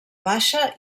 baixa